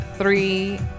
Three